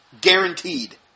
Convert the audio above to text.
Guaranteed